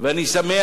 ואני שמח